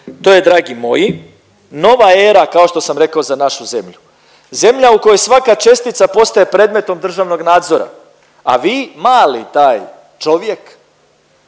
To je dragi moji nova era, kao što sam rekao za našu zemlju. Zemlja u kojoj svaka čestica postaje predmetom državnog nadzora, a vi mali taj čovjek,